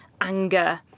Anger